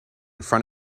front